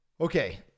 okay